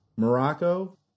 Morocco